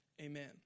Amen